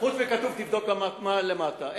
תבדוק גם מה כתוב למטה.